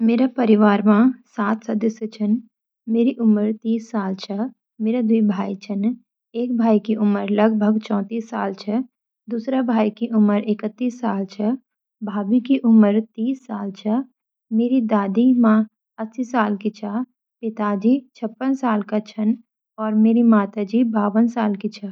मेरे परिवार मा सात सदस्य छन। मेरी उमर तीस साल छा, मेरा द्वि भाई छिन्न। एक भाई की उमर लगभग चौंतीस साल छ, दूसरा भाई की उमर इकतीस साल छ, भाभी की उमर तीस साल छा। मेरी दादी मा अस्सी साल की छा, पिताजी छप्पन साल का छन, और माता जी बावन साल की छा।